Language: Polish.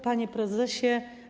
Panie Prezesie!